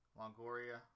longoria